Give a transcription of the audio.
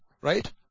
right